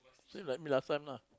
same like me last time lah